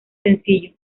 sencillo